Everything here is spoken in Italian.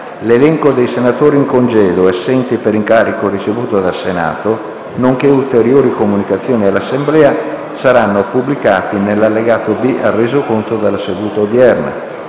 L'elenco dei senatori in congedo e assenti per incarico ricevuto dal Senato, nonché ulteriori comunicazioni all'Assemblea saranno pubblicati nell'allegato B al Resoconto della seduta odierna.